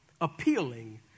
appealing